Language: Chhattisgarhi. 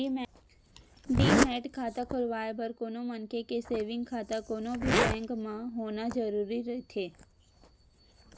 डीमैट खाता खोलवाय बर कोनो मनखे के सेंविग खाता कोनो भी बेंक म होना जरुरी रहिथे